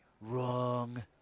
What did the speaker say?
wrong